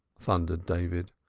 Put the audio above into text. thundered david.